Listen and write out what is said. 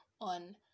on